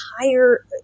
entire